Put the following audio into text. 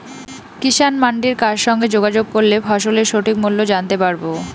কিষান মান্ডির কার সঙ্গে যোগাযোগ করলে ফসলের সঠিক মূল্য জানতে পারবো?